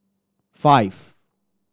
five